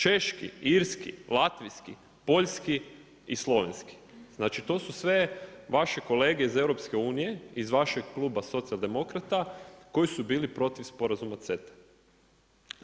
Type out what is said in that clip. Češki, irski, latvijski, poljski i slovenski znači to su sve vaše kolege iz EU iz vašeg kluba socijaldemokrata koji su bili protiv sporazuma CETA-e.